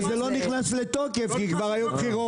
אבל זה לא נכנס לתוקף כי כבר היו בחירות.